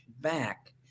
back